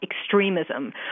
extremism